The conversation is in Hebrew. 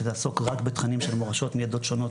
שתעסוק רק בתכנים של מורשות מעדות שונות,